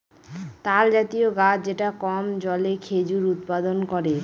তালজাতীয় গাছ যেটা কম জলে খেজুর উৎপাদন করে